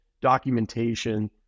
documentation